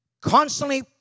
constantly